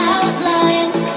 Outlines